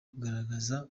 kugaragaza